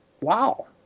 Wow